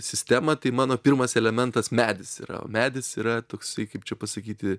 sistemą tai mano pirmas elementas medis yra o medis yra toksai kaip čia pasakyti